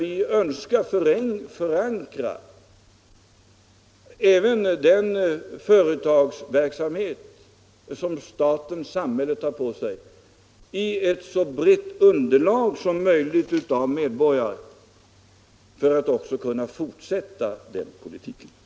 Vi önskar förankra även den företagsverksamhet som statensamhället tar på sig i ett så brett underlag som möjligt av medborgare för att också kunna fortsätta den politiken.